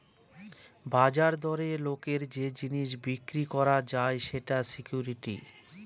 বাজার দরে লোকের যে জিনিস বিক্রি করা যায় সেটা সিকুইরিটি